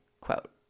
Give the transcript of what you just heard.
quote